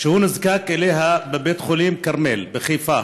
שהוא נזקק לו בבית חולים כרמל בחיפה